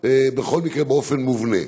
בכל מקרה, באופן מובנה.